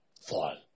fall